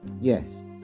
Yes